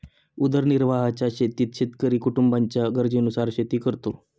उदरनिर्वाहाच्या शेतीत शेतकरी कुटुंबाच्या गरजेनुसार शेती करतो